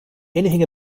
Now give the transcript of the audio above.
anything